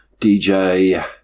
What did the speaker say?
DJ